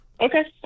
Okay